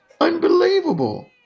unbelievable